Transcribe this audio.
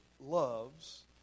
loves